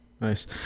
nice